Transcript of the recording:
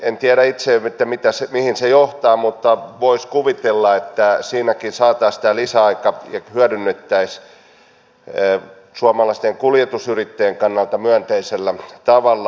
en tiedä itse mihin se johtaa mutta voisi kuvitella että siinäkin saataisiin lisäaikaa ja hyödynnettäisiin sitä suomalaisten kuljetusyrittäjien kannalta myönteisellä tavalla